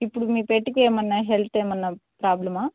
ఇప్పుడు మీ పెట్కి ఏమన్నా హెల్త్ ఏమన్నా ప్రాబ్లమా